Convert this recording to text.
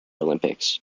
olympics